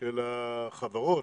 של החברות,